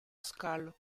scalo